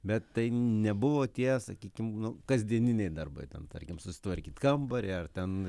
bet tai nebuvo tie sakykim nu kasdieniniai darbai ten tarkim susitvarkyt kambarį ar ten